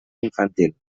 infantil